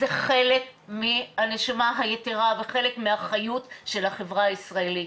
זה חלק מהנשמה היתרה וחלק מהחיות של החברה הישראלית.